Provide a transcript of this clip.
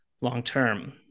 long-term